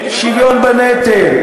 שוויון בנטל.